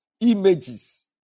images